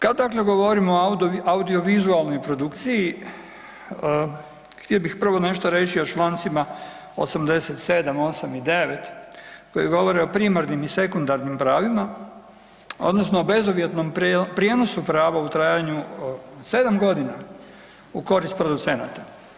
Kad dakle govorimo o audiovizualnoj produkciji, htio bih prvo nešto reći o čl. 87., 88. i 89. koji govore o primarnim i sekundarnim pravima, odnosno o bezuvjetnom prijenosu prava u trajanju od 7 g. u korist producenata.